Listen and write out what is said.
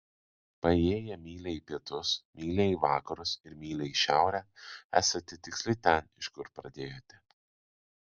paėjėję mylią į pietus mylią į vakarus ir mylią į šiaurę esate tiksliai ten iš kur pradėjote